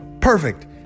perfect